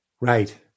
Right